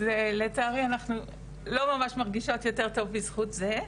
זה לצערי אנחנו לא ממש מרגישות יותר טוב בזכות זה.